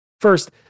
First